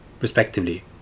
respectively